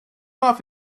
off